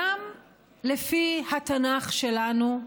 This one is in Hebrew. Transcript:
גם לפי התנ"ך שלנו,